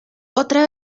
otra